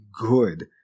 good